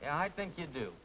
and i think you do